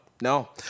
No